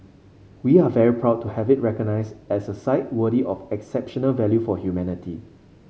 we are very proud to have it recognise as a site worthy of exceptional value for humanity